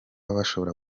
bashobora